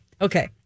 Okay